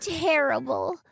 terrible